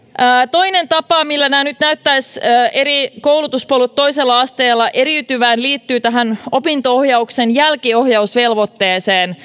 toinen tapa millä näyttäisivät eri koulutuspolut toisella asteella eriytyvän liittyy opinto ohjauksen jälkiohjausvelvoitteeseen